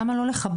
למה לא לכבד?